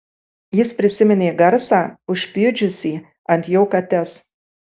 jis prisiminė garsą užpjudžiusį ant jo kates